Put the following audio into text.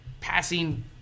passing